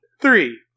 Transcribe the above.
Three